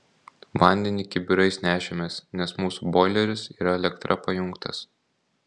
vandenį kibirais nešėmės nes mūsų boileris yra elektra pajungtas